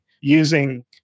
using